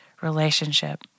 relationship